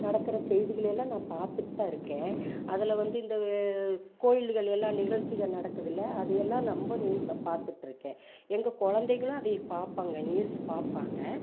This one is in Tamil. நடக்கிற செய்திகளை எல்லாம் நான் பார்த்துட்தான் இருக்கேன் அதில் வந்து இந்த கோயில்கள்லயெல்லாம் நிகழ்ச்சிகள் நடக்குதுல்ல அது எல்லாம் நம்ம நியூஸாக பார்த்துட்ருக்கேன் எங்கள் குழந்தைங்களும் அதை பார்ப்பாங்க நியூஸ் பார்ப்பாங்க